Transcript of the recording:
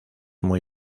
muy